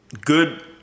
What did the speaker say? good